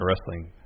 wrestling